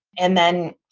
and then,